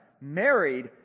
married